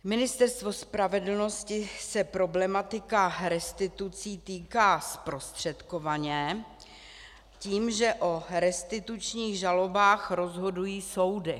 Ministerstva spravedlnosti se problematika restitucí týká zprostředkovaně, tím, že o restitučních žalobách rozhodují soudy.